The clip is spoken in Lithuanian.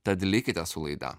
tad likite su laida